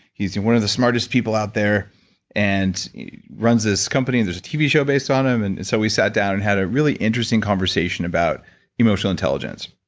he's one of the smartest people out there and runs his company. there's a tv show based on him. and and so we sat down and had a really interesting conversation about emotional intelligence.